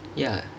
ya